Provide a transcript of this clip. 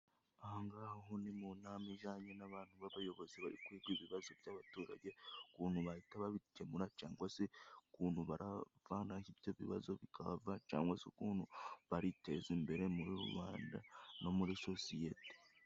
Ahangaha ho ni mu nama ijanye n'abantu b'abayobozi bari kwiga ibibazo by'abaturage, ukuntu bahita babikemura cangwa se ukuntu bavanaho ibyo bibazo bikahava cangwa se ukuntu bariteza imbere muri rubanda no muri sosiyete.